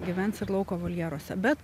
gyvens ir lauko voljeruose bet